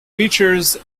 features